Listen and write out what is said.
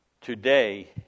Today